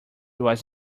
was